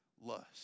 lust